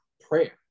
prayer